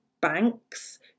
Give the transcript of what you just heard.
banks